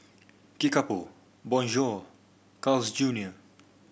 Kickapoo Bonjour Carl's Junior